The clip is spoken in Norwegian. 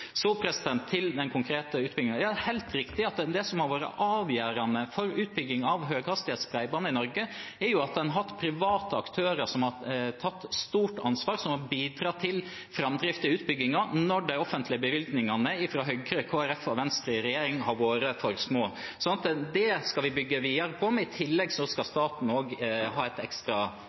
til den konkrete utbyggingen. Ja, det er helt riktig at det som har vært avgjørende for utbygging av høyhastighets bredbånd i Norge, er at man har hatt private aktører som har tatt stort ansvar, og som har bidratt til framdrift i utbyggingen når de offentlige bevilgningene fra Høyre, Kristelig Folkeparti og Venstre i regjering har vært for små. Det skal vi bygge videre på, men i tillegg skal staten også ha et ekstra